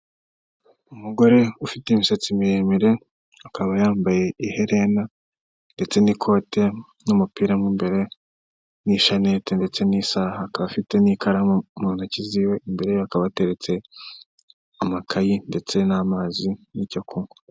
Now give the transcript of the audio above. Umugore ufite imisatsi miremire akaba yambaye iherena ndetse n'ikote n'umupira mo imbere n'ishanneti ndetse n'isaha, akaba afite n'ikaramu mu ntoki ze, imbere hakaba hateretse amakayi ndetse n'amazi n'icyo kunywa.